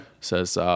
says